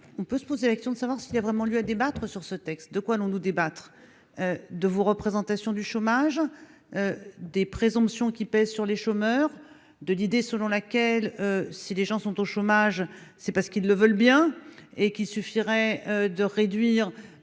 on peut se poser la question de savoir s'il y a vraiment lieu à débattre sur ce texte, de quoi allons-nous débattre de vous représentation du chômage, des présomptions qui pèsent sur les chômeurs de l'idée selon laquelle, si les gens sont au chômage, c'est parce qu'ils le veulent bien, et qu'il suffirait de réduire